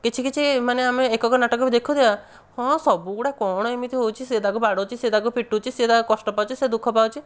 କିଛି କିଛି ମାନେ ଆମେ ଏକକ ନାଟକ ବି ଦେଖୁଥିବା ହଁ ସବୁଗୁଡ଼ାକ କଣ ଏମିତି ହେଉଛି ସେ ତାକୁ ବାଡ଼ାଉଛି ସେ ତାକୁ ପିଟୁଛି ସେ କଷ୍ଟ ପାଉଛି ସେ ଦୁଃଖ ପାଉଛି